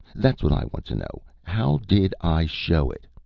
that's what i want to know. how did i show it?